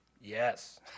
Yes